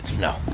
No